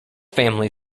family